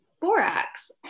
borax